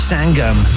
Sangam